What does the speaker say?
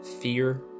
fear